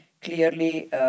clearly